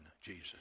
Jesus